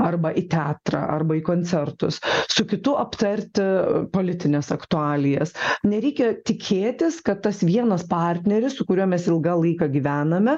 arba į teatrą arba į koncertus su kitu aptarti politines aktualijas nereikia tikėtis kad tas vienas partneris su kuriuo mes ilgą laiką gyvename